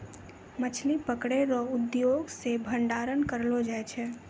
मछली पकड़ै रो उद्योग से भंडारण करलो जाय छै